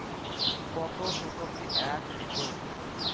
কত শতকে এক একর?